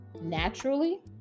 naturally